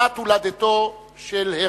שנת הולדתו של הרצל.